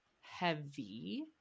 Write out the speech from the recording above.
heavy